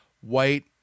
White